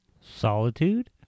Solitude